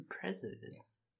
presidents